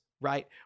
right